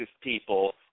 people